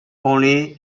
only